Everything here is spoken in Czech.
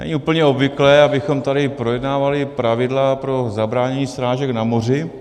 Není úplně obvyklé, abychom tady projednávali pravidla pro zabránění srážek na moři.